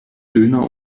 döner